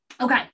Okay